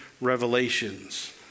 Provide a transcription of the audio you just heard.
revelations